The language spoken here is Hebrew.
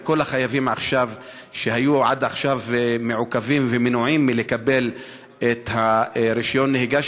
וכל החייבים שהיו עד עכשיו מעוכבים ומנועים מלקבל את רישיון הנהיגה